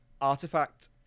artifact